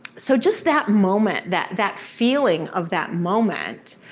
so just that moment, that that feeling of that moment,